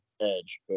Edge